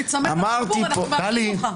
תיצמד לסיפור, אנחנו מאבדים אותך.